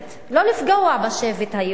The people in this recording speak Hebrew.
לא לפגוע בשבט היהודי